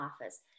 office